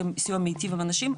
הסיוע מטיב עם אנשים,